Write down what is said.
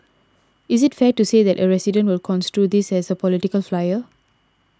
is it fair to say that a resident will construe this as a political flyer